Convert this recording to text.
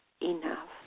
enough